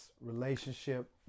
relationship